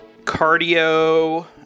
cardio